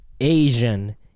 Asian